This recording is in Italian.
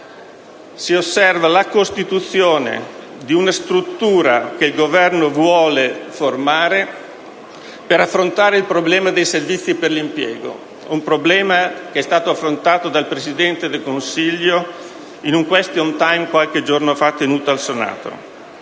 si osserva la costituzione di una struttura che il Governo vuole formare per affrontare il problema dei servizi per l’impiego, un problema affrontato dal Presidente del Consiglio in un question time tenuto al Senato